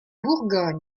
bourgogne